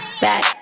back